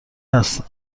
هستن